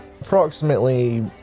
approximately